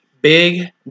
Big